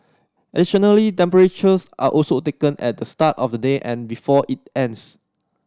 additionally temperatures are also taken at the start of the day and before it ends